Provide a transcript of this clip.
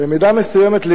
במידה מסוימת,